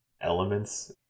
elements